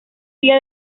día